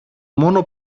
μόνο